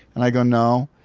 and i go, no.